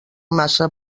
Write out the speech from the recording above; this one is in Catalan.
massa